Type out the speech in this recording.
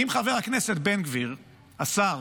אם השר